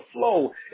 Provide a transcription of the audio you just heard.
flow